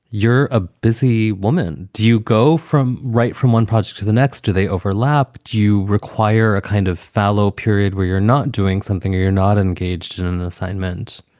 you're a busy woman. do you go from right from one project to the next? do they overlap? do you require a kind of fallow period where you're not doing something or you're not engaged in and the assignment?